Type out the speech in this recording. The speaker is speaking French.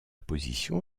position